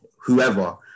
whoever